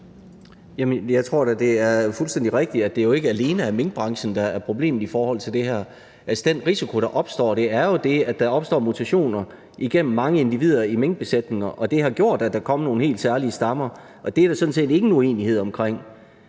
jeg tror da, det er fuldstændig rigtigt, at det jo ikke alene er minkbranchen, der er problemet i forhold til det her. Altså, den risiko, der opstår, er jo, at der opstår mutationer igennem mange individer i minkbesætninger, og det har gjort, at der er kommet nogle helt særlige stammer, og det er der sådan set ingen uenighed omkring.